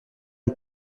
une